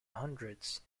hundreds